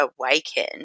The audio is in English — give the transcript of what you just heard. Awaken